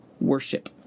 Worship